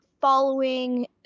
following